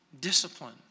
discipline